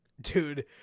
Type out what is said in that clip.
dude